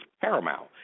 paramount